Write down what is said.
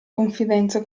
confidenza